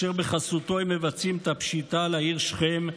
ובחסותו הם מבצעים את הפשיטה על העיר שכם,